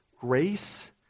grace